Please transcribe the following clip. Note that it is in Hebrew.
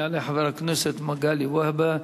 יעלה חבר הכנסת מגלי והבה.